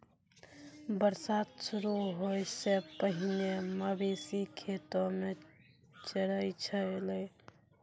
बरसात शुरू होय सें पहिने मवेशी खेतो म चरय छलै